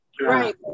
Right